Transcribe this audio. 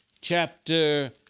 chapter